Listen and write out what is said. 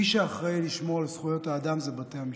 מי שאחראי לשמור על זכויות האדם הם בתי המשפט.